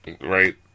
Right